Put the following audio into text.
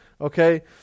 Okay